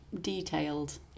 detailed